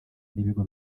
n’ibigo